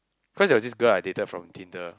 cause there was this girl I dated from Tinder